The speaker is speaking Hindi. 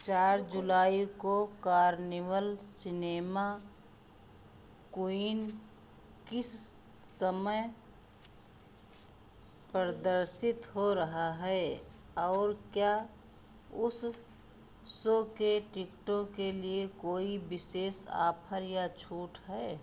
चार जुलाई को कार्निवल सिनेमा क्वीन किस समय प्रदर्शित हो रही है और क्या उस शो के टिकटों के लिए कोई विशेष आफर या छूट है